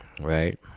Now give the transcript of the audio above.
Right